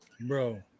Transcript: bro